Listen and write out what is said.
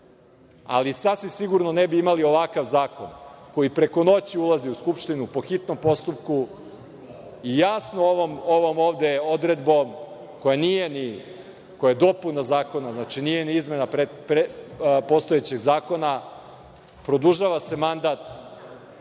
ali sasvim sigurno ne bi imali ovakav zakon koji preko noći ulazi u Skupštinu, po hitnom postupku, i jasno ovom ovde odredbom koja je dopuna zakona, nije ni izmena postojećeg zakona, produžava se mandat onim